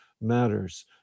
matters